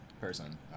person